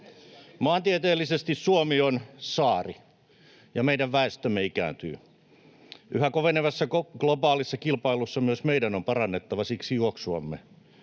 Maantieteellisesti Suomi on saari, ja meidän väestömme ikääntyy. Siksi yhä kovenevassa globaalissa kilpailussa myös meidän on parannettava juoksuamme.